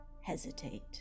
hesitate